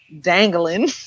dangling